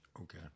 Okay